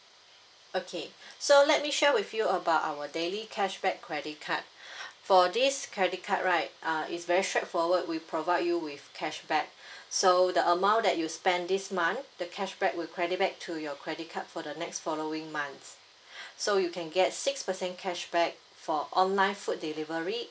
okay so let me share with you about our daily cashback credit card for this credit card right err it's very straight forward we provide you with cashback so the amount that you spend this month the cashback will credit back to your credit card for the next following months so you can get six percent cashback for online food delivery